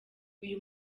uyu